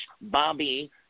Bobby